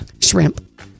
shrimp